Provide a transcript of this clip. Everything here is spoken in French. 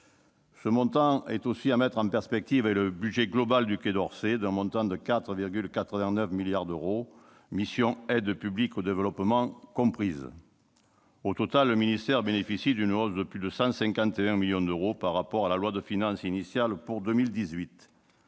Ce montant est aussi à mettre en perspective avec le budget global du Quai d'Orsay, d'un montant de 4,89 milliards d'euros, mission « Aide publique au développement » comprise. Au total, le ministère bénéficie d'une hausse de plus de 151 millions d'euros par rapport à la loi de finances initiale pour 2018.